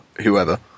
whoever